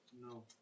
No